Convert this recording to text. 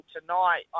tonight